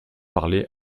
parler